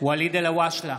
ואליד אל הואשלה,